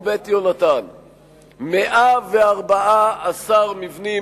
הוא "בית יהונתן"; 114 מבנים,